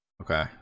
Okay